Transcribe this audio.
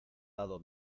dado